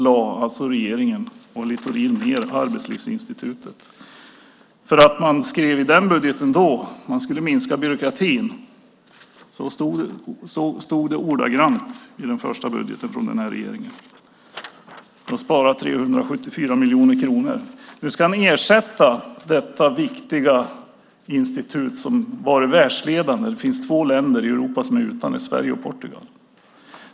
Men regeringen och Littorin lade ned Arbetslivsinstitutet. I den budgeten skrev man att man skulle minska byråkratin. Så stod det ordagrant i den första budgeten från den här regeringen. Man har sparat 374 miljoner kronor. Nu ska ni ersätta detta viktiga institut, som var världsledande. Det finns två länder i Europa som är utan sådana institut - Sverige och Portugal.